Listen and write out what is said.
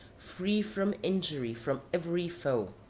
free from injury from every foe.